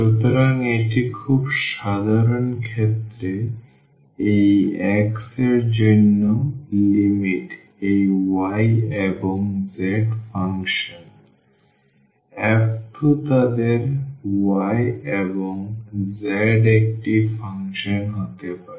সুতরাং একটি খুব সাধারণ ক্ষেত্রে এই x এর জন্য লিমিট এই y এবং z ফাংশন f 2 তাদের y এবং z একটি ফাংশন হতে পারে